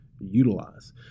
utilize